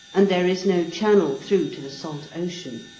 and there is no channel through to the salt ocean.